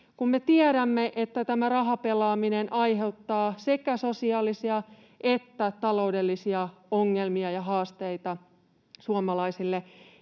me tiedämme, että rahapelaaminen aiheuttaa sekä sosiaalisia että taloudellisia ongelmia ja haasteita suomalaisille,